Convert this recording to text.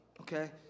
okay